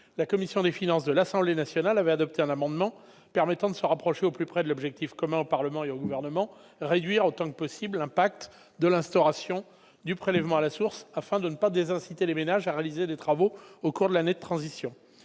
la commission des finances de l'Assemblée nationale avait adopté un amendement permettant de se rapprocher au plus près de l'objectif, commun au Parlement et au Gouvernement, de réduire autant que possible l'impact de l'instauration du prélèvement à la source, afin de ne pas désinciter les ménages à réaliser des travaux au cours de l'année de transition.